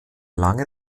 lange